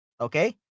Okay